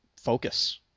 Focus